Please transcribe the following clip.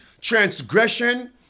Transgression